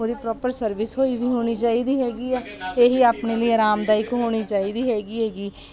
ਉਹਦੀ proper service ਹੋਈ ਵੀ ਹੋਣੀ ਚਾਹੀਦੀ ਹੈਗੀ ਆ ਇਹੀ ਆਪਣੇ ਲਈ ਆਰਾਮਦਾਇਕ ਹੋਣੀ ਚਾਹੀਦੀ ਹੈਗੀ ਐਗੀ